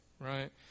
Right